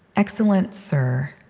excellent sir